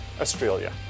Australia